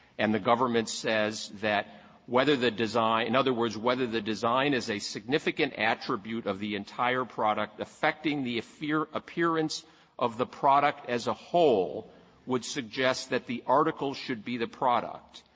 and the government says that whether the design in other words, whether the design is a significant attribute of the entire product affecting the appearance of the product as a whole would suggest that the article should be the product.